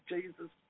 Jesus